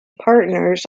partners